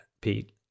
Pete